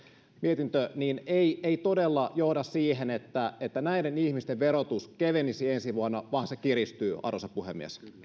mietintö ei ei todella johda siihen että että näiden ihmisten verotus kevenisi ensi vuonna vaan se kiristyy arvoisa puhemies